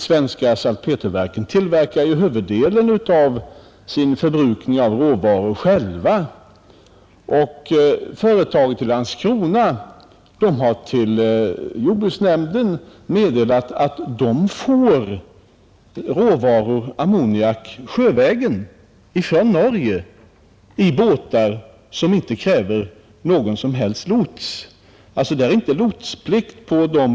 Svenska salpeterverken tillverkar ju huvuddelen av sin förbrukning av råvaror själva, och företaget i Landskrona har till jordbruksnämnden meddelat att det får ammoniak sjövägen från Norge med fartyg som inte kräver lots. Dessa fartyg har nämligen inte lotsplikt.